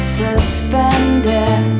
suspended